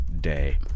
day